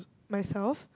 myself